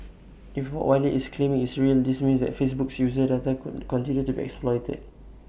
if what Wylie is claiming is real this means that Facebook's user data could continue to be exploited